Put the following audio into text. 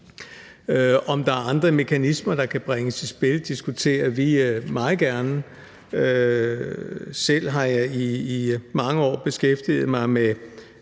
Om der er andre mekanismer, der kan bringes i spil, diskuterer vi meget gerne. Selv har jeg i mange år beskæftiget mig med